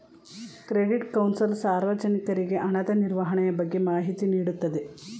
credit council ಸಾರ್ವಜನಿಕರಿಗೆ ಹಣದ ನಿರ್ವಹಣೆಯ ಬಗ್ಗೆ ಮಾಹಿತಿ ನೀಡುತ್ತದೆ